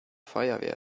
feuerwehr